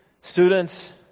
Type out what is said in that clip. students